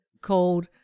called